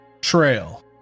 trail